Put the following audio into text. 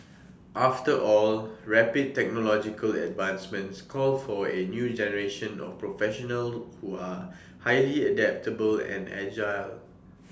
after all rapid technological advancements calls for A new generation of professionals who are highly adaptable and agile